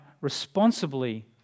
responsibly